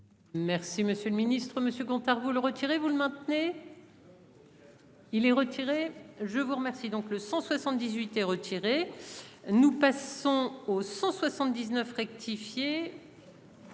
Merci Monsieur le Ministre, Monsieur Gontard vous le retirez vous le maintenez. Il est retiré. Je vous remercie donc le 178 et retiré. Nous passons au 179 rectifié.